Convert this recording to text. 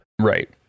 Right